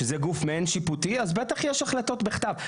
שזה גוף מעין שיפוטי אז בטח יש החלטות בכתב.